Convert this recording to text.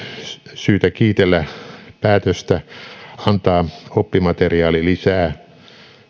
syytä kiitellä päätöstä antaa oppimateriaalilisää